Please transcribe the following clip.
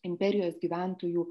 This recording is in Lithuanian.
imperijos gyventojų